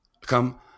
Come